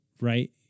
right